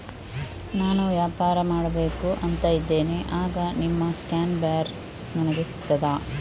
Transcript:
ನಾನು ವ್ಯಾಪಾರ ಮಾಡಬೇಕು ಅಂತ ಇದ್ದೇನೆ, ಆಗ ನಿಮ್ಮ ಸ್ಕ್ಯಾನ್ ಬಾರ್ ನನಗೆ ಸಿಗ್ತದಾ?